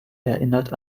erinnert